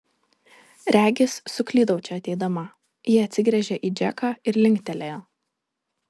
regis suklydau čia ateidama ji atsigręžė į džeką ir linktelėjo